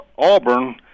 Auburn